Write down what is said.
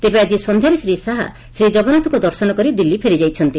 ତେବେ ଆକି ସନ୍ଧ୍ୟାରେ ଶ୍ରୀ ଶାହା ଶ୍ରୀଜଗନ୍ତାଥଙ୍କୁ ଦର୍ଶନ କରି ଦିଲ୍ଲୀ ଫେରିଯାଇଛନ୍ତି